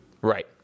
Right